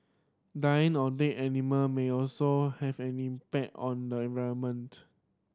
dying or dead animal may also have an impact on the environment